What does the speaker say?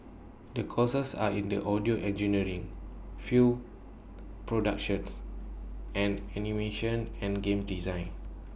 the courses are in the audio engineering film productions and animation and games design